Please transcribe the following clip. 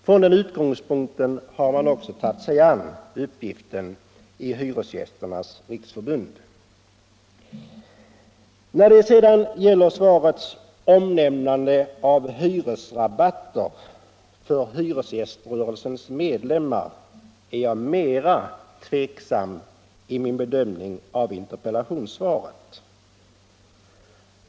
Med den utgångspunkten har man också i Hyresgästernas riksförbund tagit sig an uppgiften. När det sedan gäller svarets omnämnande av hyresrabatter för hyresgäströrelsens medlemmar är jag mera tveksam i min bedömning av interpellationssvaret.